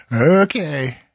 Okay